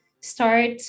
start